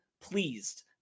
pleased